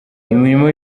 imirimo